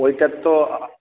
ওইটা তো